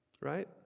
Right